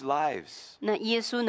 lives